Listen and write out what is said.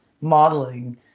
modeling